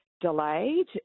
delayed